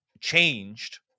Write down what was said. changed